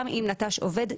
גם אם נטש עובד,